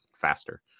faster